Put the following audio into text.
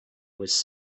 was